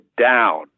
down